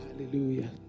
Hallelujah